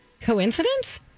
coincidence